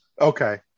Okay